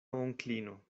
onklino